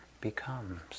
becomes